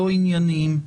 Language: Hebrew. ענייניים.